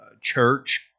church